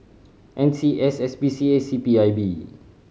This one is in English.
N C S S P C A C P I B